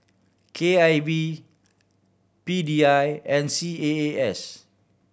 K I V P D I and C A A S